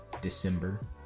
December